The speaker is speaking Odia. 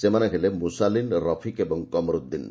ସେମାନେ ହେଲେ ମୁସାଲିନ୍ ରଫିକ୍ ଓ କମରୁଦ୍ଦିନ